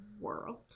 world